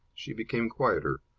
she became quieter.